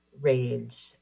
rage